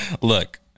Look